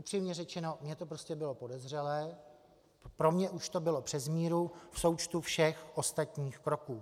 Upřímně řečeno, mně to prostě bylo podezřelé, pro mě už to bylo přes míru v součtu všech ostatních kroků.